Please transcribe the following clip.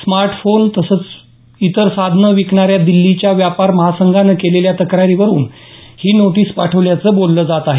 smart phone आणि इतर साधनं विकणाऱ्या दिल्लीच्या व्यापार महासंघानं केलेल्या तक्रारींवरून ही नोटीस पाठवल्याचं बोललं जातं आहे